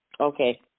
Okay